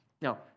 Now